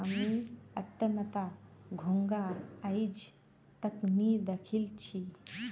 हामी अट्टनता घोंघा आइज तक नी दखिल छि